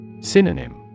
Synonym